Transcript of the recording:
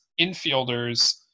infielders